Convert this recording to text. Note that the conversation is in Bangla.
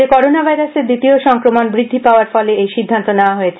রাজ্য করোনা ভাইরাসের দ্বিতীয় সংক্রমণ বেডে যাওয়ার ফলে এই সিদ্ধান্ত নেয়া হয়েছে